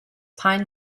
pine